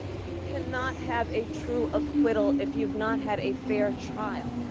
you cannot have a true acquittal if you have not had a fair trial.